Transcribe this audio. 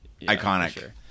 Iconic